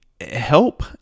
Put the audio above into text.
help